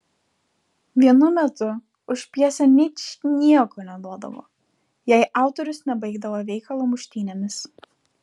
vienu metu už pjesę ničnieko neduodavo jei autorius nebaigdavo veikalo muštynėmis